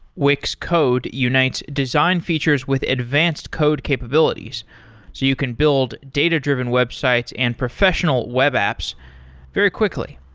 wix code unites design features with advanced code capabilities, so you can build data-driven websites and professional web apps very quickly.